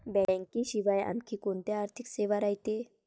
बँकेशिवाय आनखी कोंत्या आर्थिक सेवा रायते?